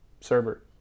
server